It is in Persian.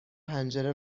پنجره